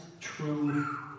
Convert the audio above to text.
true